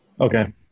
Okay